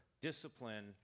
discipline